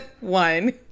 One